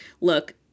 look